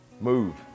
Move